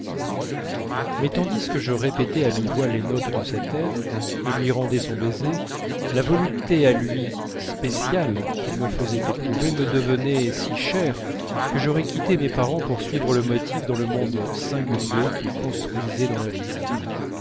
mais tandis que je répétais à mi-voix les notes de cet air et lui rendais son baiser la volupté à lui spéciale qu'il me faisait éprouver me devint si chère que j'aurais quitté mes parents pour suivre le motif dans le monde singulier qu'il construisait dans l'invisible